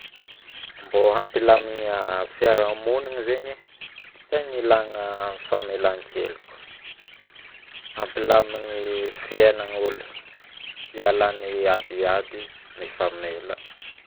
Hampilamigny fiarahamonigny zangy tegna ilagna famelankeloko hampilamigna fiainagnolo ialany adiady mifamela